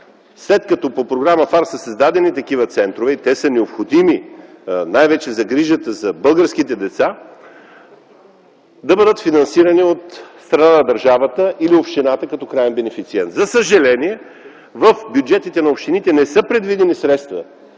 след като по програма ФАР са създадени такива центрове, необходими за грижата за българските деца, да бъдат финансирани от страна на държавата или общината като краен бенефициент. За съжаление в бюджетите на общините не са предвидени средства